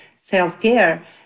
self-care